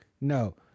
No